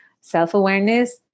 self-awareness